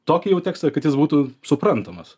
tokį jau tekstą kad jis būtų suprantamas